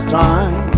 time